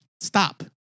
stop